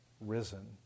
risen